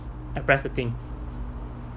I press the thing